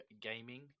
gaming